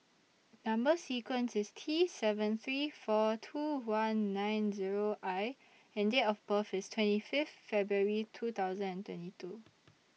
Number sequence IS T seven three four two one nine Zero I and Date of birth IS twenty Fifth February two thousand and twenty two